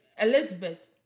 Elizabeth